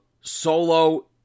Solo